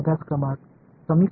நன்றாக இருக்கிறதா